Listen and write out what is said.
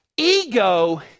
Ego